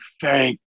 thank